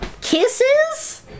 Kisses